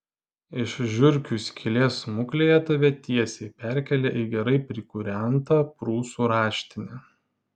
iš žiurkių skylės smuklėje tave tiesiai perkelia į gerai prikūrentą prūsų raštinę